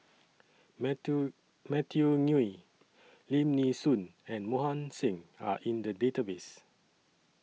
Matthew Matthew Ngui Lim Nee Soon and Mohan Singh Are in The Database